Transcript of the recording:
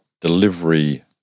delivery